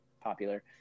popular